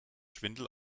schwindel